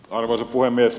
arvoisa puhemies